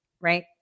Right